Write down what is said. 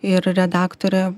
ir redaktorė